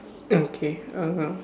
okay uh